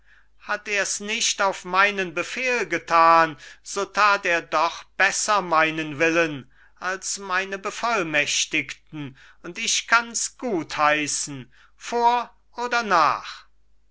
hat er's nicht auf meinen befehl getan so tat er doch besser meinen willen als meine bevollmächtigten und ich kann's gutheißen vor oder nach